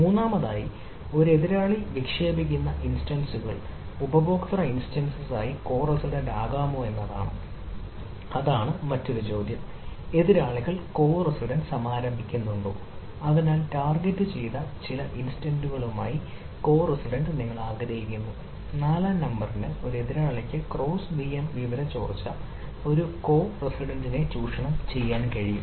മൂന്നാമതായി ഒരു എതിരാളി വിക്ഷേപിക്കുന്ന ഇൻസ്റ്റൻസ്കൾ ചൂഷണം ചെയ്യാൻ കഴിയും